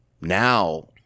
now